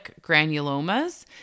granulomas